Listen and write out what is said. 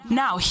now